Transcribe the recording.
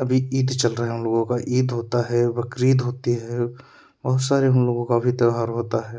अभी ईद चल रहा है उन लोगों का ईद होता है बकरीद होती है बहुत सारे उन लोगों का भी त्योहार होता है